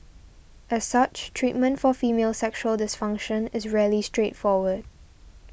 as such treatment for female sexual dysfunction is rarely straightforward